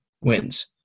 wins